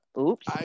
oops